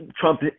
Trump